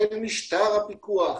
של משטר הפיקוח,